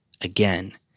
again